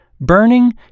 burning